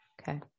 Okay